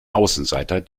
außenseiter